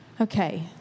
Okay